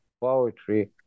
poetry